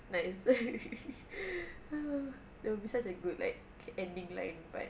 nice that will be such a good like ending line but